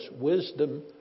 wisdom